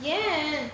ஏன்:yaen